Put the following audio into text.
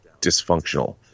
dysfunctional